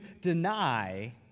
deny